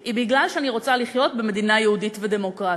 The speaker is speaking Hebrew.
היא שאני רוצה לחיות במדינה יהודית ודמוקרטית.